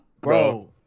bro